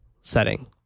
setting